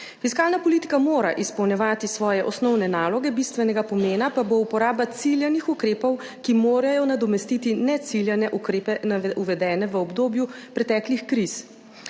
Fiskalna politika mora izpolnjevati svoje osnovne naloge, bistvenega pomena pa bo uporaba ciljanih ukrepov, ki morajo nadomestiti neciljane ukrepe uvedene v obdobju preteklih kriz.